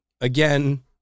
again